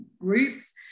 groups